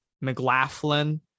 mclaughlin